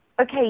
okay